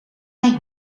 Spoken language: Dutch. mij